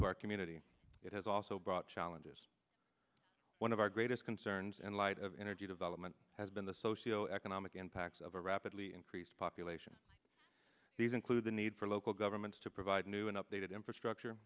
to our community it has also brought challenges one of our greatest concerns in light of energy development has been the socio economic impacts of a rapidly increased relation these include the need for local governments to provide new and updated infrastructure